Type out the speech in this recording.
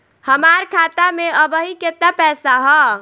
हमार खाता मे अबही केतना पैसा ह?